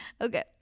okay